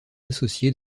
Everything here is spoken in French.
associés